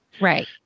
Right